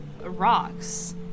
rocks